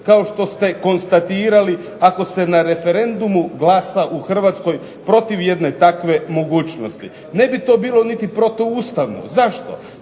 kao što ste konstatirali ako se na referendumu glasa u Hrvatskoj protiv jedne takve mogućnosti. Ne bi to bilo niti protuustavno. Zašto?